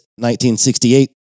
1968